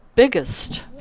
Biggest